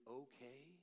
okay